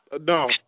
No